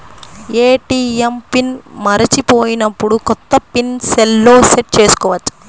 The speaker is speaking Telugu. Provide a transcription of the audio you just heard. ఏ.టీ.ఎం పిన్ మరచిపోయినప్పుడు, కొత్త పిన్ సెల్లో సెట్ చేసుకోవచ్చా?